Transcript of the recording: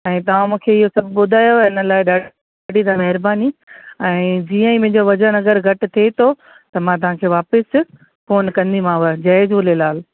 ऐं तव्हां मूंखे इहो सभु ॿुधायव हिन लाइ ॾाढी ॾाढी महिरबानी ऐं मुंहिंजो वज़नु अगरि घटि थिए थो त मां तव्हांखे वापसि फ़ोन कंदीमांव जय झूलेलाल